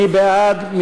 מי בעד?